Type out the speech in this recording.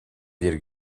bir